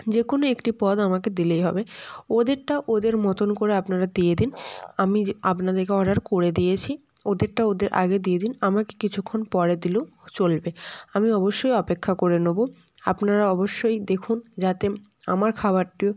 যে কোনো একটি পদ আমাকে দিলেই হবে ওদেরটা ওদের মতন করে আপনারা দিয়ে দিন আমি যে আপনাদেরকে অর্ডার করে দিয়েছি ওদেরটা ওদের আগে দিয়ে দিন আমাকে কিছুক্ষণ পরে দিলেও চলবে আমি অবশ্যই অপেক্ষা করে নেব আপনারা অবশ্যই দেখুন যাতে আমার খাবারটি